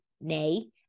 nay